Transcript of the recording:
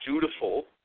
dutiful